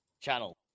channel